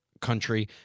country